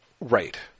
right